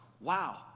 Wow